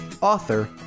author